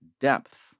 depth